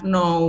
no